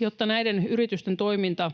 Jotta näiden yritysten toiminta